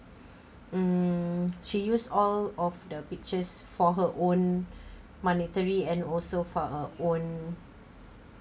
mm she use all of the pictures for her own monetary and also for uh own